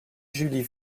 julie